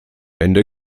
ende